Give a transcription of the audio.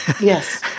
yes